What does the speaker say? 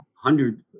hundred